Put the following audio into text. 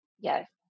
Yes